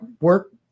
work